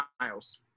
Miles